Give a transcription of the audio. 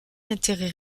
intérêt